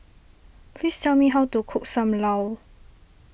please tell me how to cook Sam Lau